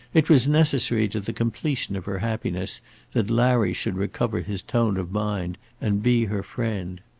it was necessary to the completion of her happiness that larry should recover his tone of mind and be her friend.